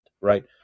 right